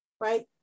right